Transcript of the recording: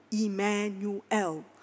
Emmanuel